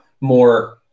more